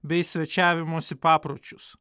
bei svečiavimosi papročius